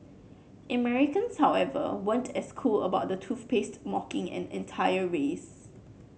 Americans however weren't as cool about the toothpaste mocking an entire race